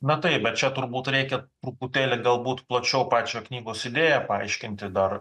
na taip bet čia turbūt reikia truputėlį galbūt plačiau pačią knygos idėją paaiškinti dar